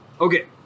Okay